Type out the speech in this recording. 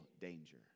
danger